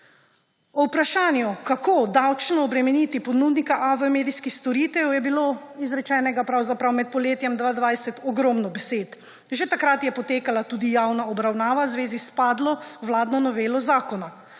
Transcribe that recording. O vprašanju, kako davčno obremeniti ponudnika AV medijskih storitev, je bilo izrečenih med poletjem 2020 ogromno besed. Že takrat je potekala tudi javna obravnava v zvezi s padlo vladno novelo zakona.